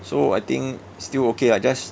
so I think still okay lah just